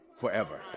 forever